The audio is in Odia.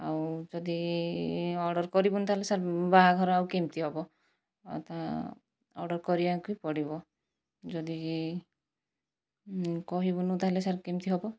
ଆଉ ଯଦି ଅର୍ଡ଼ର କରିବୁନାହିଁ ତା'ହେଲେ ସାର୍ ବାହାଘର ଆଉ କେମିତି ହେବ ଅର୍ଡ଼ର କରିବାକୁ ହିଁ ପଡ଼ିବ ଯଦି କହିବୁନାହିଁ ତା'ହେଲେ ସାର୍ କେମିତି ହେବ